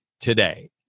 today